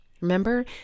Remember